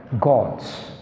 Gods